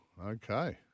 Okay